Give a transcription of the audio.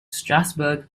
strasbourg